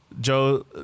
Joe